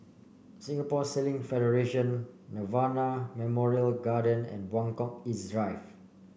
Singapore Sailing Federation Nirvana Memorial Garden and Buangkok East Drive